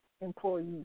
employees